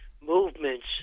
movements